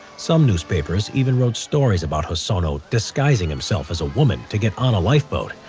some newspapers even wrote stories about hosono disguising himself as a woman to get on a lifeboat,